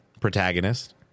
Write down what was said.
protagonist